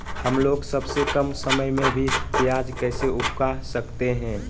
हमलोग सबसे कम समय में भी प्याज कैसे उगा सकते हैं?